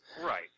Right